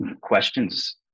questions